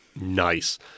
nice